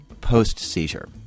post-seizure